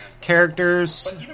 Characters